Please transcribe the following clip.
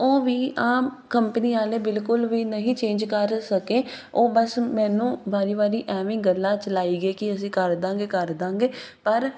ਉਹ ਵੀ ਆਪ ਕੰਪਨੀ ਵਾਲੇ ਬਿਲਕੁਲ ਵੀ ਨਹੀਂ ਚੇਂਜ ਕਰ ਸਕੇ ਉਹ ਬਸ ਮੈਨੂੰ ਵਾਰੀ ਵਾਰੀ ਐਵੇਂ ਗੱਲਾਂ 'ਚ ਲਾਈ ਗਏ ਕਿ ਅਸੀਂ ਕਰ ਦਵਾਂਗੇ ਕਰ ਦਵਾਂਗੇ ਪਰ